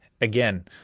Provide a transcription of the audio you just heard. again